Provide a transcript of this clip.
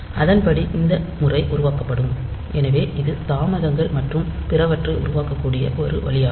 அதன்படி இந்த முறை உருவாக்கப்படும் எனவே இது தாமதங்கள் மற்றும் பிறவற்றை உருவாக்கக்கூடிய ஒரு வழியாகும்